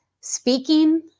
speaking